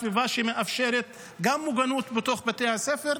סביבה שמאפשרת גם מוגנות בתוך בתי הספר.